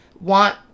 want